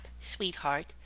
sweetheart